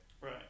Right